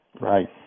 Right